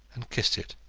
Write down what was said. and kissed it,